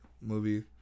movie